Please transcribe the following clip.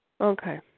Okay